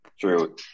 True